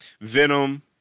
Venom